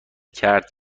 کرد